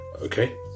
Okay